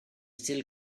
still